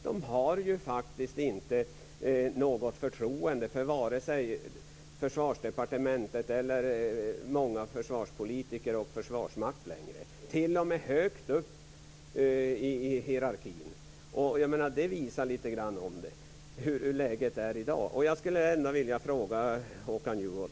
De har faktiskt inget förtroende för vare sig Försvarsdepartementet, vissa försvarspolitiker eller Försvarsmakten. Det gäller t.o.m. högt upp i hierarkin. Det visar lite grann av hur läget är i dag. Jag skulle ändå vilja ställa en fråga till Håkan Juholt.